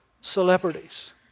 celebrities